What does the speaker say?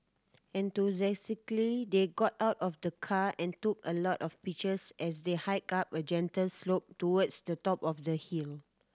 enthusiastically they got out of the car and took a lot of pictures as they hiked up a gentle slope towards the top of the hill